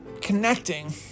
connecting